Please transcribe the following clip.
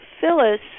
Phyllis